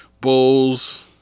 Bulls